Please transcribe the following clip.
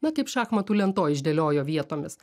na kaip šachmatų lentoj išdėliojo vietomis